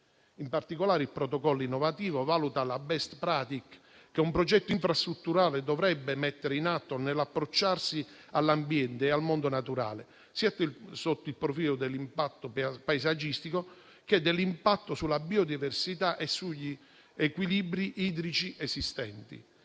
In particolare, il protocollo innovativo valuta le *best practice* che un progetto infrastrutturale dovrebbe mettere in atto nell'approcciarsi all'ambiente e al mondo naturale, sotto il profilo dell'impatto sia paesaggistico sia sulla biodiversità e sugli equilibri idrici esistenti.